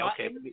okay